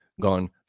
gone